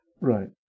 Right